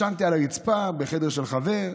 ישנתי על הרצפה בחדר של חבר.